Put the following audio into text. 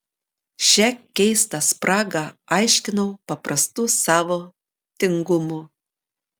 šią keistą spragą aiškinau paprastu savo tingumu